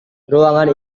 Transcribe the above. ruangan